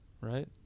right